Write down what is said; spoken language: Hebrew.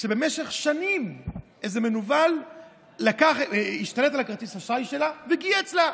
במשך שנים איזה מנוול השתלט על כרטיס האשראי שלה ו"גיהץ" לה.